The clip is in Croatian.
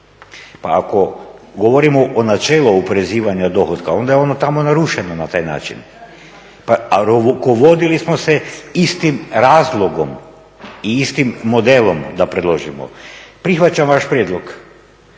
Pa ako govorimo o načelu oporezivanja dohotka onda je ono tamo narušeno na taj način. A rukovodili smo se istim razlogom i istim modelom da predložimo. Prihvaćam vaš prijedlog